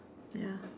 ya